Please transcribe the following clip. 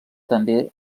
també